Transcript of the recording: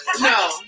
No